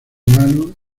humanos